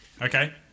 Okay